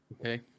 Okay